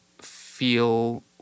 feel